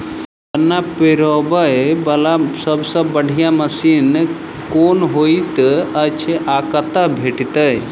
गन्ना पिरोबै वला सबसँ बढ़िया मशीन केँ होइत अछि आ कतह भेटति अछि?